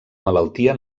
malaltia